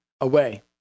away